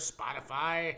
Spotify